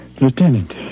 lieutenant